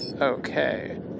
Okay